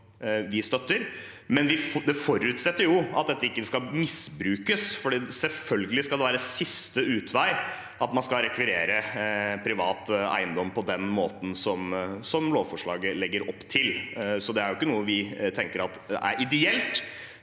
vi støtter, men det forutsetter at den ikke skal misbrukes. Det skal selvfølgelig være siste utvei at man skal rekvirere privat eiendom på den måten som lovforslaget legger opp til. Det er ikke noe vi tenker at er ideelt.